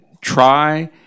try